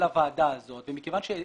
הוועדה הזאת ומכיוון שהעליתם הצעה